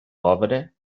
pobre